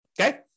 okay